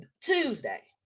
tuesday